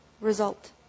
result